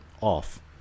off